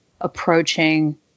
approaching